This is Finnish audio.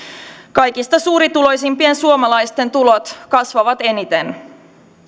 kaikista suurituloisimpien suomalaisten tulot kasvavat eniten